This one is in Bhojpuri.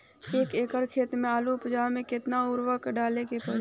एक एकड़ खेत मे आलू उपजावे मे केतना उर्वरक डाले के पड़ी?